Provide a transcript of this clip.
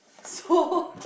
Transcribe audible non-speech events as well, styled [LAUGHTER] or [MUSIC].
so [LAUGHS]